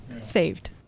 Saved